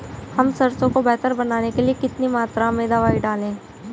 हम सरसों को बेहतर बनाने के लिए कितनी मात्रा में दवाई डालें?